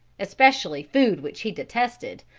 especially food which he detested,